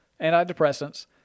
antidepressants